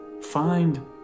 find